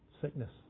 Sickness